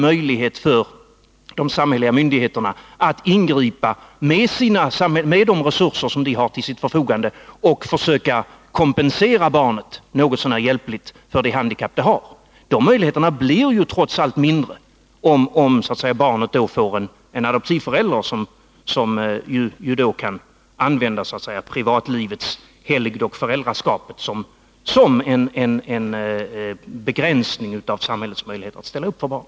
Möjligheterna för de samhälleliga myndigheterna med sina resurser att något så när hjälpligt kompensera barnet för dess handikapp blir trots allt mindre om barnet får en adoptivförälder, som ju kan hänvisa till privatlivets helgd och föräldraskapet för att begränsa samhällets möjligheter att ställa upp för barnet.